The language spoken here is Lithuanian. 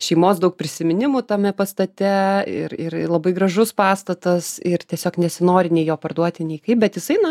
šeimos daug prisiminimų tame pastate ir ir labai gražus pastatas ir tiesiog nesinori nei jo parduoti nei kaip bet jisai na